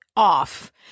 off